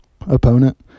opponent